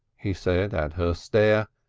he said at her stare,